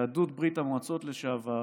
יהדות ברית המועצות לשעבר